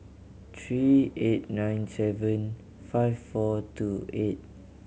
three eight nine seven five four two eight